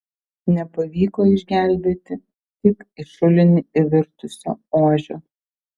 nepavyko išgelbėti tik į šulinį įvirtusio ožio